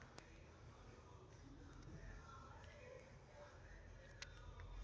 ಕುರಿ ಕೋಳಿ ಆಡು ಟಗರು ಆಕಳ ಎಮ್ಮಿ ಮತ್ತ ಮೇನ ಸಾಕಾಣಿಕೆ ಇವೆಲ್ಲ ಇದರಾಗ ಬರತಾವ